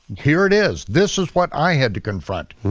here it is. this is what i had to confront.